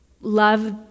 love